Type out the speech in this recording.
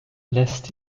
lässt